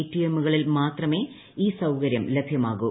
T എമ്മുകളിൽ മാത്രമേ ഈ സൌകര്യം ലഭ്യമാകൂ